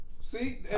See